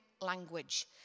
language